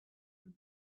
can